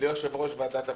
ליושב-ראש ועדת הבחירות.